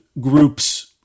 groups